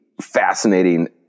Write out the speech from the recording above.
fascinating